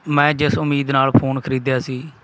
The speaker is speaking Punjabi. ਮੈਂ ਜਿਸ ਉਮੀਦ ਨਾਲ ਫੋਨ ਖਰੀਦਿਆ ਸੀ